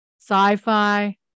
Sci-fi